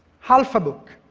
half a book.